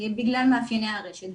בגלל מאפייני הרשת,